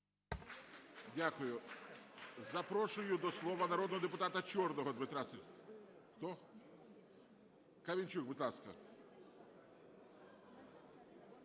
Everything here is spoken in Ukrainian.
Дякую. Запрошую до слова народного депутата Чорного Дмитра. Хто? Камельчук, будь ласка.